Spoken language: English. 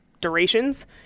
durations